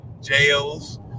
jails